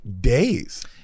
days